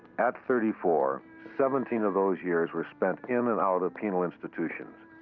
at thirty four, seventeen of those years were spent in and out of penal institutions.